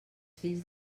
fills